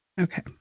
Okay